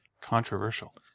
Controversial